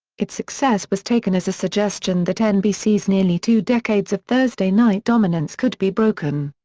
its success was taken as a suggestion that nbc's nearly two decades of thursday night dominance could be broken.